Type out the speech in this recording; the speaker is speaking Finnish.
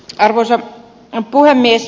karvosen puhemies